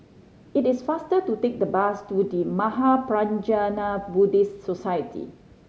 it is faster to take the bus to The Mahaprajna Buddhist Society